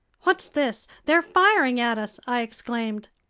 what's this? they're firing at us! i exclaimed.